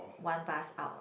one bus out